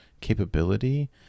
capability